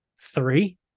three